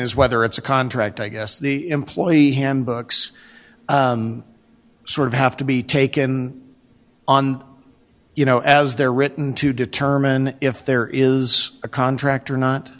is whether it's a contract i guess the employee handbook sort of have to be taken on you know as they're written to determine if there is a contract or